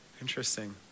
interesting